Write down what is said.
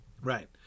Right